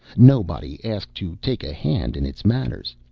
nobody asked to take a hand in its matters,